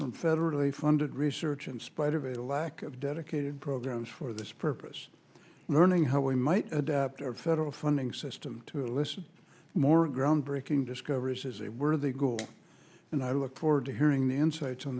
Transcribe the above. from federally funded research in spite of a lack of dedicated programs for this purpose learning how we might adapt our federal funding system to listen more groundbreaking discoveries is a worthy goal and i look forward to hearing the insights on